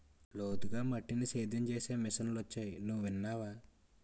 లోతుగా మట్టిని సేద్యం చేసే మిషన్లు వొచ్చాయి నువ్వు విన్నావా?